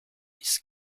ist